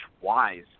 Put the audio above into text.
Wise